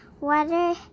water